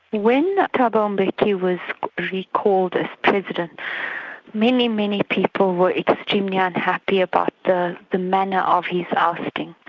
when thabo mbeki was recalled as president, many, many people were extremely unhappy about the the manner of his ousting.